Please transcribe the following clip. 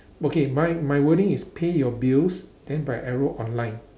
okay mine my wording is pay your bills then by arrow online